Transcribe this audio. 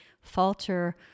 falter